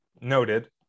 noted